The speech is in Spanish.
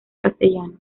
castellano